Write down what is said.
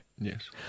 Yes